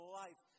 life